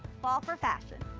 fall for fashion.